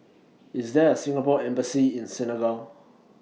IS There A Singapore Embassy in Senegal